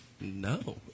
no